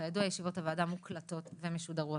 כידוע ישיבות הוועדה מוקלטות ומשודרות,